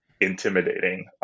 intimidating